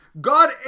God